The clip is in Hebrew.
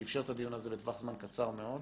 שאפשר את הדיון הזה בטווח זמן קצר מאוד,